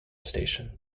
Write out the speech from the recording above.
station